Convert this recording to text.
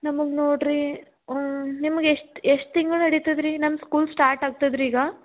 ನಮಗೆ ನೋಡ್ರಿ ನಿಮ್ಗೆ ಎಷ್ಟು ಎಷ್ಟು ತಿಂಗ್ಳು ನಡಿತದೆ ರೀ ನಮ್ಮ ಸ್ಕೂಲ್ ಸ್ಟಾರ್ಟ್ ಆಗ್ತದೆ ರೀ ಈಗ